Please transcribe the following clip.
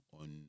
on